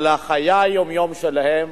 על חיי היום-יום שלהם,